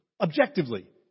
objectively